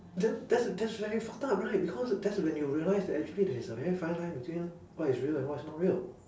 then that's that's very fucked up right because that's when you realise that actually there is a very fine line between what is real and what's not real